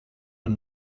een